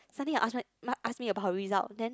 starting to ask m~ ask me about her result then